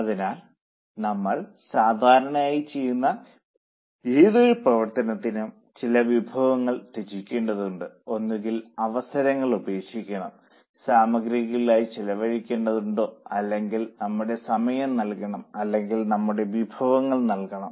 അതിനാൽ നമ്മൾ സാധാരണയായി ചെയ്യുന്ന ഏതൊരു പ്രവർത്തനത്തിനും ചില വിഭവങ്ങൾ ത്യജിക്കേണ്ടതുണ്ട് ഒന്നുകിൽ അവസരങ്ങൾ ഉപേക്ഷിക്കണം സാമഗ്രികൾക്കായി ചെലവഴിക്കേണ്ടതുണ്ടോ അല്ലെങ്കിൽ നമ്മുടെ സമയം നൽകണം അല്ലെങ്കിൽ നമ്മുടെ വിഭവങ്ങൾ നൽകണം